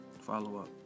Follow-up